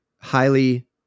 highly